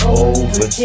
over